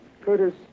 Curtis